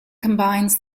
combines